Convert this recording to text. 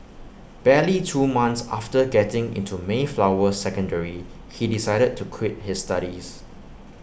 barely two months after getting into Mayflower secondary he decided to quit his studies